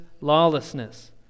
lawlessness